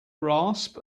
rasp